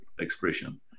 expression